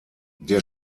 der